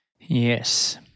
Yes